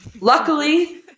Luckily